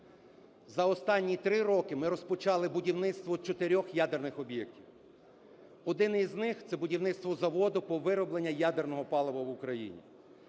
За останні 3 роки ми розпочали будівництво 4 ядерних об'єктів. Один із них – це будівництво заводу по виробленню ядерного палива в Україні.